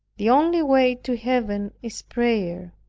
the only way to heaven is prayer